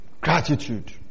Gratitude